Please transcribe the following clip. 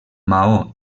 maó